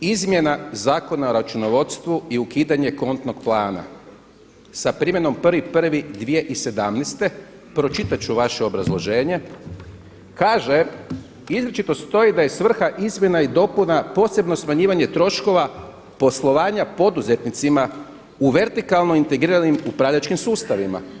Izmjena Zakona o računovodstvu i ukidanje kontnog plana sa primjenom 1.1.2017., pročitati ću vaše obrazloženje, kaže, izričito stoji da je svrha izmjena i dopuna posebno smanjivanje troškova poslovanja poduzetnicima u vertikalno integriralnim upravljačkim sustavima.